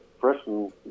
freshman